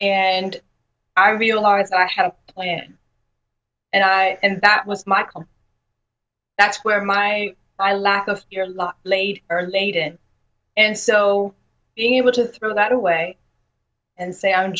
and i realize i have a plan and i and that was michel that's where my i lack of your lot late early and so being able to throw that away and say i'm